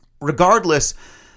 regardless